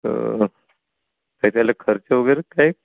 त काय त्याले खर्च वगेरे काही